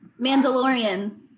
Mandalorian